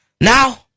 now